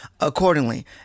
accordingly